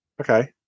Okay